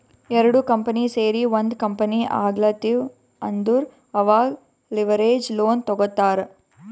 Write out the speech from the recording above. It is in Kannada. ಎರಡು ಕಂಪನಿ ಸೇರಿ ಒಂದ್ ಕಂಪನಿ ಆಗ್ಲತಿವ್ ಅಂದುರ್ ಅವಾಗ್ ಲಿವರೇಜ್ ಲೋನ್ ತಗೋತ್ತಾರ್